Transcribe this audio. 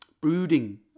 Brooding